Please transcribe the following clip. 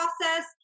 process